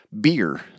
Beer